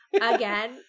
Again